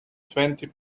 twenty